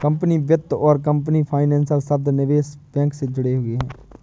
company वित्त और company financer शब्द निवेश बैंक से जुड़े हैं